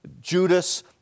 Judas